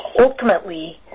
Ultimately